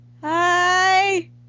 Hi